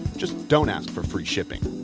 just don't ask for free shipping,